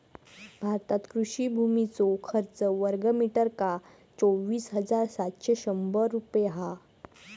भारतात कृषि भुमीचो खर्च वर्गमीटरका चोवीस हजार सातशे शंभर रुपये हा